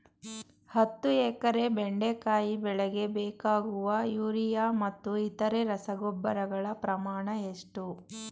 ಹತ್ತು ಎಕರೆ ಬೆಂಡೆಕಾಯಿ ಬೆಳೆಗೆ ಬೇಕಾಗುವ ಯೂರಿಯಾ ಮತ್ತು ಇತರೆ ರಸಗೊಬ್ಬರಗಳ ಪ್ರಮಾಣ ಎಷ್ಟು?